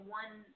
one